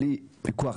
בלי פיקוח,